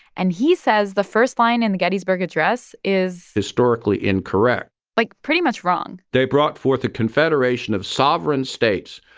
and he says the first line in the gettysburg address is. historically incorrect like, pretty much wrong they brought forth a confederation of sovereign states,